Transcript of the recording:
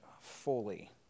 fully